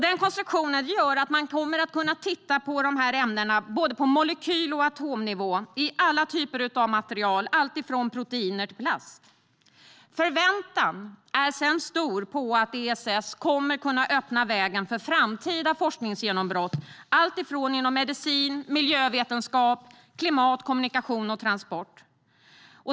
Den konstruktionen gör att man kommer att kunna titta på ämnena på både molekyl och atomnivå i alla typer av material, alltifrån proteiner till plast. Förväntan är sedan stor på att ESS kommer att kunna öppna vägen för framtida forskningsgenombrott inom medicin, miljövetenskap, klimat, kommunikation och transport.